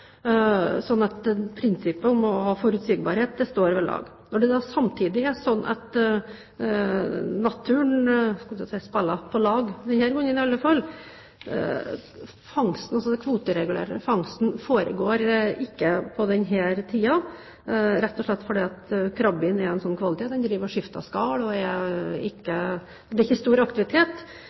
prinsippet om å ha forutsigbarhet står ved lag. Nå er det samtidig slik at naturen spiller på lag, denne gangen i hvert fall. Den kvoteregulerte fangsten foregår ikke på denne tiden, rett og slett fordi krabben nå er av en slik kvalitet at den skifter skall, og det er ikke stor aktivitet. Så det er